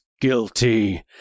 guilty